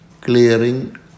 clearing